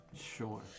Sure